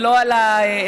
ולא על האזרחי,